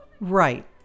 Right